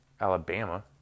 Alabama